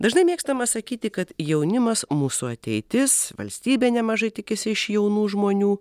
dažnai mėgstama sakyti kad jaunimas mūsų ateitis valstybė nemažai tikisi iš jaunų žmonių